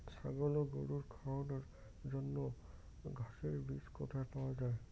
ছাগল ও গরু খাওয়ানোর জন্য ঘাসের বীজ কোথায় পাওয়া যায়?